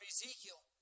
Ezekiel